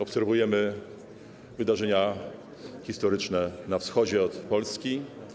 Obserwujemy wydarzenia historyczne na wschód od Polski.